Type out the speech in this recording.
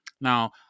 Now